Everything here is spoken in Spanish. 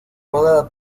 rodada